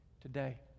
today